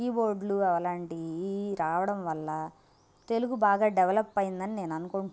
కీబోర్డ్లు అలాంటివి రావడం వల్ల తెలుగు బాగా డెవలప్ అయ్యిందని నేను అనుకుంటున్నాను